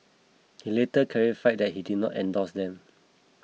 he later clarified that he did not endorse them